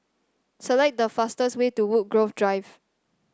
select the fastest way to Woodgrove Drive